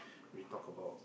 we talk about